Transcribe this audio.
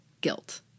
guilt